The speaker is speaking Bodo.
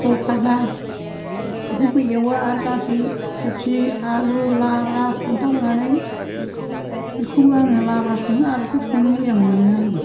फटल फाजाखौबो एवो आर गासै कबि आलु लाब्रा फानथाव होनानै बिखौबो आङो लाब्रा सङो आरो संनो मोजां मोनो आङो